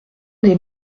des